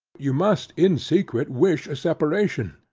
ye must in secret wish a separation